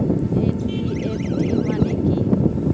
NEFT মানে কি?